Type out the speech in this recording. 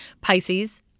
Pisces